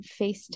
FaceTime